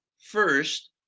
first